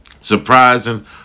surprising